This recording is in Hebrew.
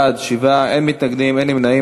בעד, 7, אין מתנגדים, אין נמנעים.